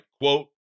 quote